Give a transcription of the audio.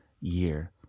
year